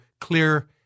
clear